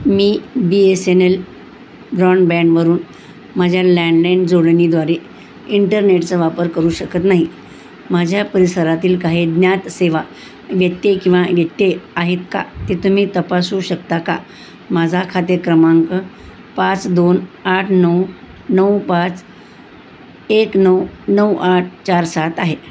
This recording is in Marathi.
मी बी एस एन एल ब्रॉनबँडवरून माझ्या लँनलाईन जोडणीद्वारे इंटरनेटचा वापर करू शकत नाही माझ्या परिसरातील काही ज्ञातसेवा व्यत्यय किंवा व्यत्यय आहेत का ते तुम्ही तपासू शकता का माझा खाते क्रमांक पाच दोन आठ नऊ नऊ पाच एक नऊ नऊ आठ चार सात आहे